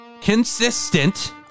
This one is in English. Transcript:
consistent